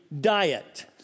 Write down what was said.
diet